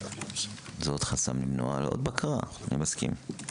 זה עוד חסם למנוע ועוד בקרה, אני מסכים.